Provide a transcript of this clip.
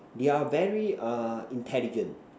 they're very err intelligent